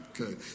Okay